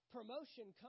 Promotion